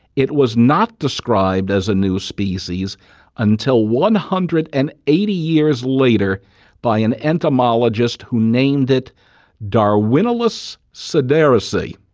it was not described as a new species until one hundred and eighty years later by an entomologist who named it darwinilus sedarisi.